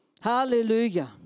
Hallelujah